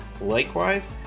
Likewise